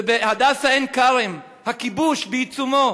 בהדסה עין כרם, הכיבוש, בעיצומו,